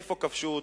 איפה כבשו אותם?